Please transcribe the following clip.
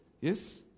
yes